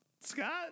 Scott